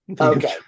Okay